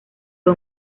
fue